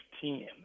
team